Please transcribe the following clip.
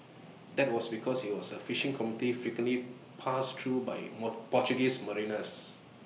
that was because IT was A fishing community frequently passed through by more Portuguese mariners